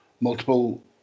multiple